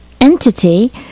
entity